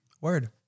Word